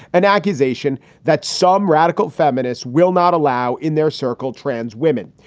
an accusation that some radical feminists will not allow in their circle. trans women.